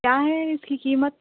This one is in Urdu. کیا ہے اِس کی قیمت